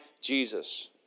Jesus